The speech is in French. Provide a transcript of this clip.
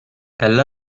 elle